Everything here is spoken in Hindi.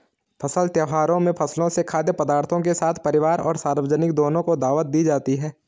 फसल त्योहारों में फसलों से खाद्य पदार्थों के साथ परिवार और सार्वजनिक दोनों को दावत दी जाती है